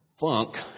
funk